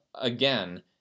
again